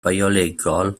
biolegol